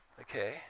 okay